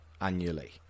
annually